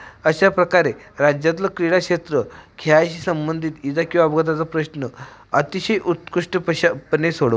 अशा प्रकारे राज्यातलं क्रीडाक्षेत्र खेळाशी संबंधित इजा किंवा अपघाताचा प्रश्न अतिशय उत्कृष्ट पशा पणे सोडवतं